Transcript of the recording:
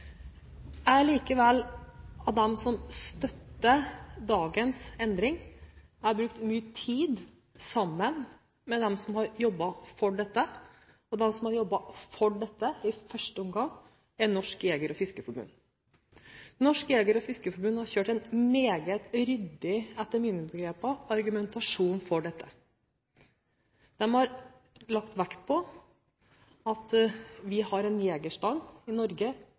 likevel av dem som støtter dagens endring. Jeg har brukt mye tid sammen med dem som har jobbet for dette, og de som har jobbet for dette i første omgang, er Norges Jeger- og Fiskerforbund. Norges Jeger- og Fiskerforbund har kjørt en meget ryddig – etter mine begreper – argumentasjon for dette. De har lagt vekt på at vi har en jegerstand i Norge